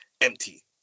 empty